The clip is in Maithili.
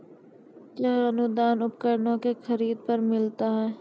कया अनुदान उपकरणों के खरीद पर मिलता है?